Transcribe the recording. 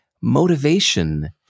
motivation